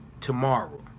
tomorrow